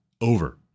over